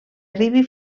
arribi